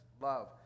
love